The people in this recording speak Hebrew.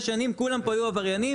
אני אומר באופן כללי עכשיו.